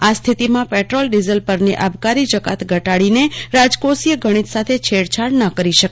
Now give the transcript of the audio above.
આ સ્થિતિમાં petrol diesel પરની આબકારી જકાત ઘટાડીને રાજકોષીય ગણિત સાથે છેડછાડ ન કરી શકાય